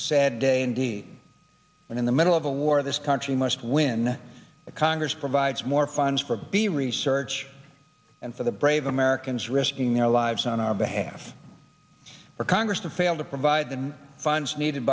said day indeed when in the middle of a war this country must win the congress provides more funds for b research and for the brave americans risking their lives on our behalf for congress to fail to provide the funds needed